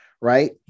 right